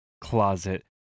closet